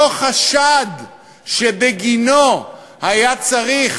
אותו חשד שבגינו היה צריך